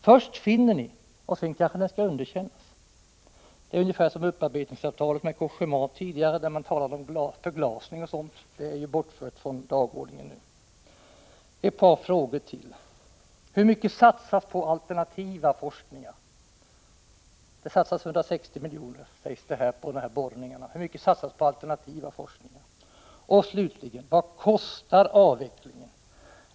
Först finner ni att metoden är godtagbar — sedan att den kanske underkänns. Det är ungefär som det tidigare upparbetningsavtalet med Cogéma, där man talade om förglasning o. d. Det är ju numera avfört från dagordningen. Det sägs i svaret att det satsas 160 milj.kr. på de här borrningarna. Hur mycket satsas på alternativ forskning? Vad kostar avvecklingen?